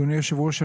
אדוני היושב ראש,